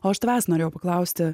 o aš tavęs norėjau paklausti